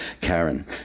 Karen